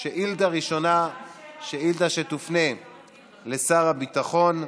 שאילתה ראשונה תופנה לשר הביטחון.